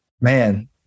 man